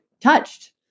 touched